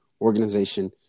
organization –